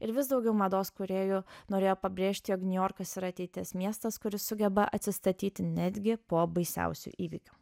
ir vis daugiau mados kūrėjų norėjo pabrėžti jog niujorkas yra ateities miestas kuris sugeba atsistatyti netgi po baisiausių įvykių